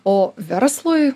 o verslui